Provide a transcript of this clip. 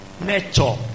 Nature